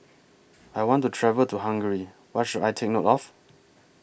I want to travel to Hungary What should I Take note of